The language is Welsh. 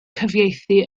cyfieithu